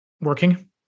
working